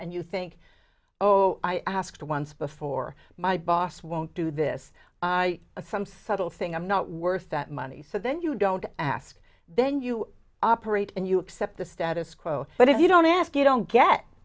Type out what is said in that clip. and you think oh i asked once before my boss won't do this some subtle thing i'm not worth that money so then you don't ask then you operate and you accept the status quo but if you don't ask you don't get